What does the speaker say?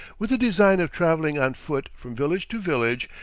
with the design of traveling on foot from village to village,